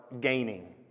gaining